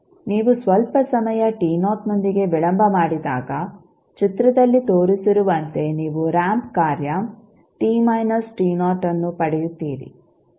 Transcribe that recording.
ನೀವು ಸ್ವಲ್ಪ ಸಮಯ ನೊಂದಿಗೆ ವಿಳಂಬ ಮಾಡಿದಾಗ ಚಿತ್ರದಲ್ಲಿ ತೋರಿಸಿರುವಂತೆ ನೀವು ರಾಂಪ್ ಕಾರ್ಯ ಅನ್ನು ಪಡೆಯುತ್ತೀರಿ